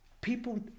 People